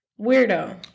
Weirdo